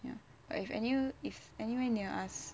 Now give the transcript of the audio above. ya but if any if anywhere near us